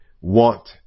want